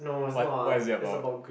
no it's not it's about